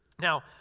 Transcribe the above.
Now